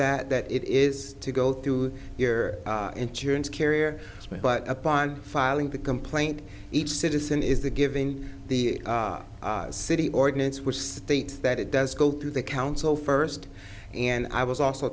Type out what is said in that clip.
of that it is to go through your insurance carrier but upon filing the complaint each citizen is the giving the city ordinance which states that it does go to the council first and i was also